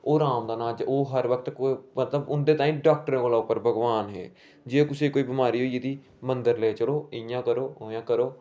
ओह् राम दा नां ओह् हर भक्त उंदे तांई डाॅक्टरे कोला उपर भगबान है जे कुसे गी कोई बिमारी होई गेदी मदंर लेई चलो इयां करो ओंआ करो